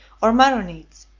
or maronites,